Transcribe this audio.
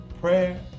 prayer